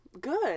good